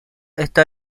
esta